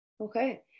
Okay